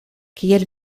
kiel